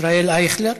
ישראל אייכלר,